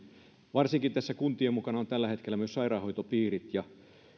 varsinkin kun tässä kuntien mukana ovat tällä hetkellä myös sairaanhoitopiirit niin kyllähän